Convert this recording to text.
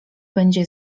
będzie